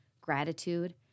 gratitude